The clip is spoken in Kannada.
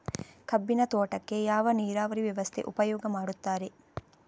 ಕಬ್ಬಿನ ತೋಟಕ್ಕೆ ಯಾವ ನೀರಾವರಿ ವ್ಯವಸ್ಥೆ ಉಪಯೋಗ ಮಾಡುತ್ತಾರೆ?